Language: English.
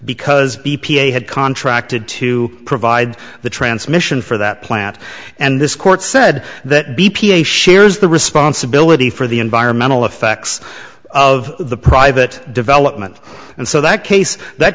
because e p a had contracted to provide the transmission for that plant and this court said that b p a shares the responsibility for the environmental effects of the private development and so that case that